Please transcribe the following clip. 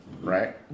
right